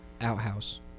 Outhouse